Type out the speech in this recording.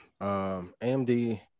AMD